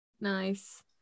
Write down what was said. nice